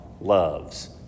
loves